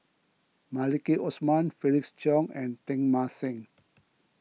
Maliki Osman Felix Cheong and Teng Mah Seng